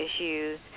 issues